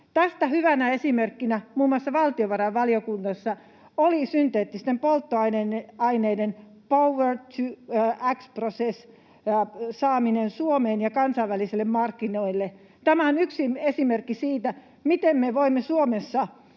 Tästä hyvänä esimerkkinä muun muassa valtiovarainvaliokunnassa oli synteettisten polttoaineiden ”power-to-x processin” saaminen Suomeen ja kansainvälisille markkinoille. Tämä on yksi esimerkki siitä, miten me voimme Suomessa